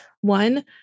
One